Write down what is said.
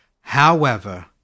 However